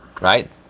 right